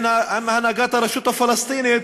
עם הנהגת הפלסטינים,